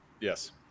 Yes